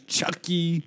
Chucky